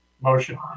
Motion